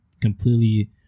completely